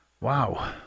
Wow